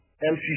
MC